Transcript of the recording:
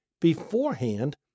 beforehand